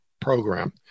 program